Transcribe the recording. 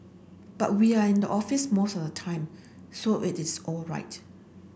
but we are in the office most of time so it is all right